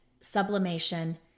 sublimation